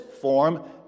form